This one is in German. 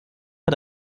hat